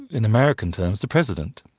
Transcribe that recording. in american terms, the president.